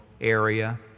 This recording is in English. area